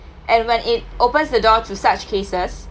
and when it opens the door to such cases